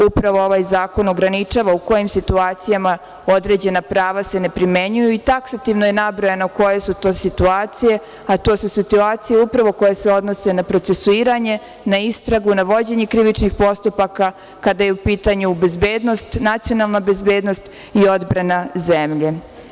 Upravo ovaj zakon ograničava u kojim situacijama određena prava se ne primenjuju i taksativno je nabrojano koje su to situacije, a to su situacije upravo koje se odnose na procesuiranje, na istragu, na vođenje krivičnih postupaka kada je u pitanju bezbednost, nacionalna bezbednost i odbrana zemlje.